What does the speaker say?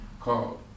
called